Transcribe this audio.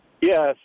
Yes